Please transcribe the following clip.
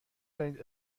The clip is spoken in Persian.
دانید